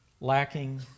lacking